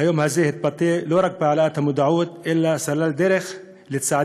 היום הזה התבטא לא רק בהעלאת המודעות אלא סלל דרך לצעדים